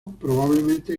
probablemente